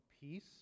peace